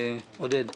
עודד פורר?